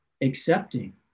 accepting